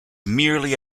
merely